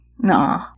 No